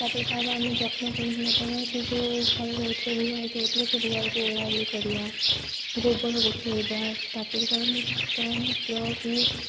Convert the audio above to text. ତା'ପରେ ତା'ର ଆମେ ଯତ୍ନ କେମିତି ନେବା ନା ସେ ଯେଉଁ ଘରେ ରହୁଥିବ ଗୁହାଳରେ ରହୁଥିବ ସେ ଗୁହାଳକୁ ଓଳାଓଳି କରିବା ଗୋବର ଗୋଟେଇବା ତା'ପରେ ତା'ର ମୁତ ମୂତ୍ର କି